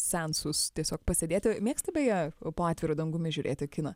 seansus tiesiog pasėdėti mėgsti beje po atviru dangumi žiūrėti kiną